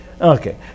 Okay